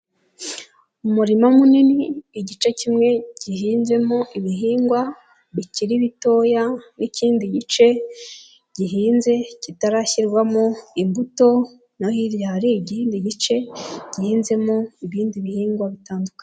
Umurima munini igice kimwe gihinzemo ibihingwa bikiri bitoya, n'ikindi gice gihinze kitarashyirwamo imbuto, no hirya hari ikindi gice gihinzemo ibindi bihingwa bitandukanye.